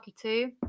two